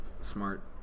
smart